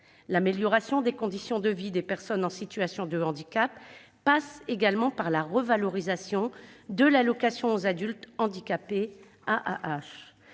L'amélioration des conditions de vie des personnes en situation de handicap passe également par la revalorisation de l'allocation aux adultes handicapés AAH.